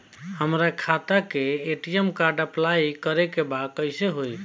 हमार खाता के ए.टी.एम कार्ड अप्लाई करे के बा कैसे होई?